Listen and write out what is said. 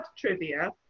trivia